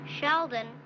sheldon